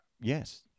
Yes